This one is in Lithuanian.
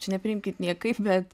čia nepriimkit niekaip bet